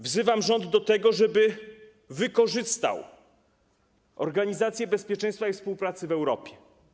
Wzywam rząd do tego, żeby wykorzystał Organizację Bezpieczeństwa i Współpracy w Europie.